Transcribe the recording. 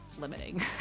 limiting